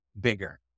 bigger